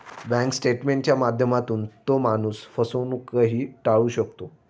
bank स्टेटमेंटच्या माध्यमातून तो माणूस फसवणूकही टाळू शकतो